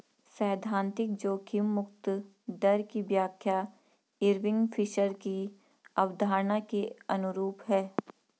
सैद्धांतिक जोखिम मुक्त दर की व्याख्या इरविंग फिशर की अवधारणा के अनुरूप है